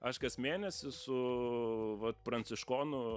aš kas mėnesį su vat pranciškonų